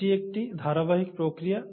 এটি একটি ধারাবাহিক প্রক্রিয়া